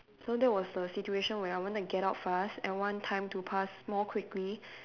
so that was the situation where I wanted to get out fast I want time to pass more quickly